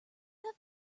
have